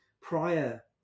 prior